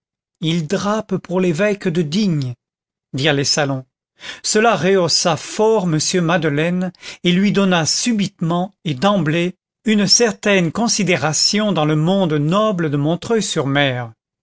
il drape pour l'évêque de digne dirent les salons cela rehaussa fort m madeleine et lui donna subitement et d'emblée une certaine considération dans le monde noble de montreuil sur mer